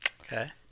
Okay